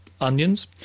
onions